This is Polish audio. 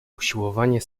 usiłowanie